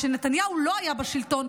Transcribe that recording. כשנתניהו לא היה בשלטון,